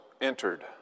entered